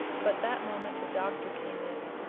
but that moment the doctor came in.